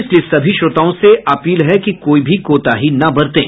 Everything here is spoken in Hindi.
इसलिए सभी श्रोताओं से अपील है कि कोई भी कोताही न बरतें